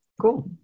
Cool